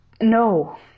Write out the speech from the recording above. No